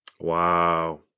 Wow